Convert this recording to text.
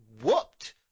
whooped